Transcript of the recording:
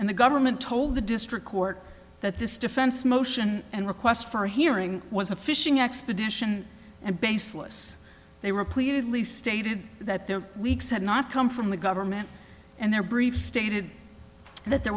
and the government told the district court that this defense motion and request for a hearing was a fishing expedition and baseless they were pleated lee stated that their weeks had not come from the government and their briefs stated that there